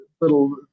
little